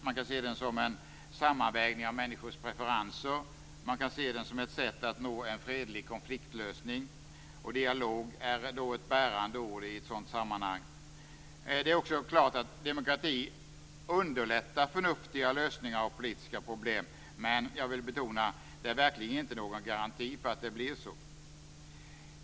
Man kan se den som en sammanvägning av människornas preferenser. Man kan se den som ett sätt att nå en fredlig konfliktlösning. Dialog är ett bärande ord i ett sådant sammanhang. Det är också helt klart att demokrati underlättar förnuftiga lösningar av politiska problem, men jag vill verkligen betona att det verkligen inte är någon garanti för att det blir så.